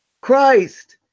Christ